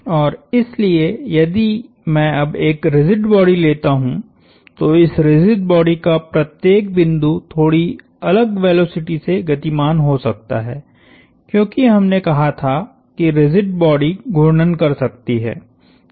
और इसलिए यदि मैं अब एक रिजिड बॉडी लेता हूं तो इस रिजिड बॉडी का प्रत्येक बिंदु थोड़ी अलग वेलोसिटी से गतिमान हो सकता है क्योंकि हमने कहा था कि रिजिड बॉडी घूर्णन कर सकती है